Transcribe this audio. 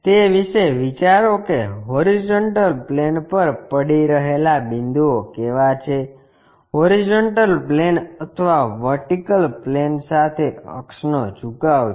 તે વિશે વિચારો કે હોરીઝોન્ટલ પ્લેન પર પડી રહેલા બિંદુઓ કેવા છે હોરીઝોન્ટલ પ્લેન અથવા વર્ટિકલ પ્લેન સાથે અક્ષનો ઝુકાવ છે